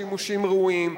שימושים ראויים,